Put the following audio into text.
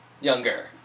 Younger